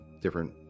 different